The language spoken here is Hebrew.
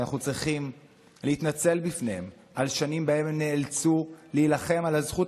שאנחנו צריכים להתנצל בפניהם על שנים שבהן הם נאלצו להילחם על הזכות